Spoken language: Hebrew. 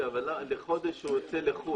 לחודש הוא יוצא לחו"ל.